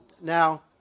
Now